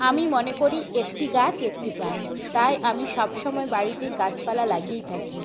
আমি মনে করি একটি গাছ একটি প্রাণ তাই আমি সবসময় বাড়িতে গাছপালা লাগিয়ে থাকি